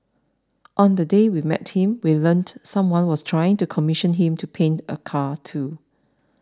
on the day we met him we learnt someone was trying to commission him to paint a car too